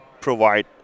provide